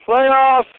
playoffs